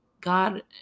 God